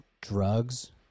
drugs